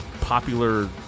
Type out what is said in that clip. popular